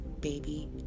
baby